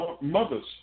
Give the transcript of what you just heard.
mothers